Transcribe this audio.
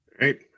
right